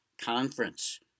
Conference